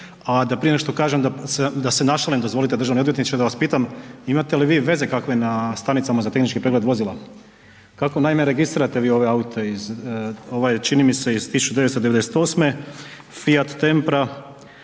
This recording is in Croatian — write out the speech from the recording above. a da prije nego što kažem da se našalim, dozvolite državni odvjetniče da vas pitam, imate li vi veze kakve na stanicama za tehnički pregled vozila, kako naime registrirate vi ove aute ovaj je čini mi se iz 1998. Fiat Tempra,